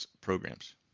programs